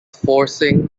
forcing